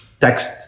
text